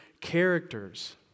characters